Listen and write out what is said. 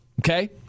Okay